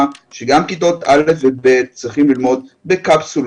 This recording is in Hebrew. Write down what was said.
שגם כיתות א' ו-ב' צריכות ללמוד בקפסולות,